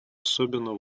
особенно